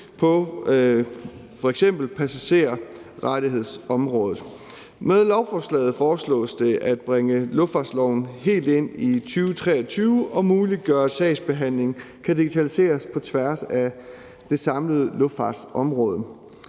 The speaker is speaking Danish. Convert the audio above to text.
på f.eks. passagerrettighedsområdet. Med lovforslaget foreslås det at bringe luftfartsloven helt ind i 2023 og muliggøre, at sagsbehandling kan digitaliseres på tværs af det samlede luftfartsområde.